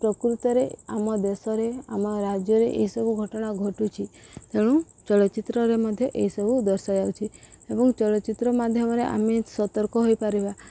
ପ୍ରକୃତରେ ଆମ ଦେଶରେ ଆମ ରାଜ୍ୟରେ ଏସବୁ ଘଟଣା ଘଟୁଛିି ତେଣୁ ଚଳଚ୍ଚିତ୍ରରେ ମଧ୍ୟ ଏହିସବୁ ଦର୍ଶାଯାଉଛିି ଏବଂ ଚଳଚ୍ଚିତ୍ର ମାଧ୍ୟମରେ ଆମେ ସତର୍କ ହୋଇପାରିବା